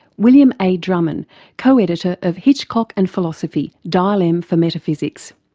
william a drumin co-editor of hitchcock and philosophy, dial m for metaphysics.